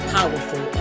Powerful